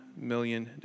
million